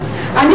הזה.